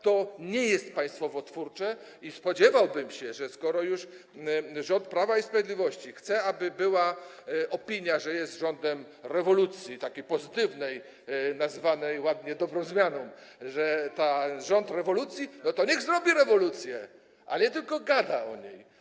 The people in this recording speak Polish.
To nie jest państwowotwórcze i spodziewałbym się, że skoro już rząd Prawa i Sprawiedliwości chce, aby była opinia, że jest rządem rewolucji, takiej pozytywnej, nazywanej ładnie dobrą zmianą, że to rząd rewolucji, to niech zrobi rewolucję, a nie tylko gada o niej.